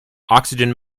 oxygen